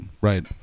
right